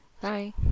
Bye